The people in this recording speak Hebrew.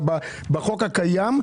בחוק הקיים,